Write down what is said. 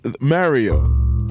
Mario